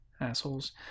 assholes